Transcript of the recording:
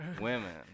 women